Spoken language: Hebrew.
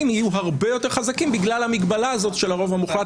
יהיו הרבה יותר חזקים בגלל המגבלה הזאת של הרוב המוחלט.